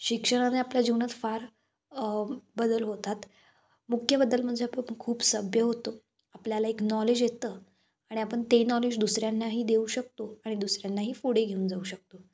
शिक्षणाने आपल्या जीवनात फार बदल होतात मुख्य बदल म्हणजे आपण खूप सभ्य होतो आपल्याला एक नॉलेज येतं आणि आपण ते नॉलेज दुसऱ्यांनाही देऊ शकतो आणि दुसऱ्यांनाही पुढे घेऊन जाऊ शकतो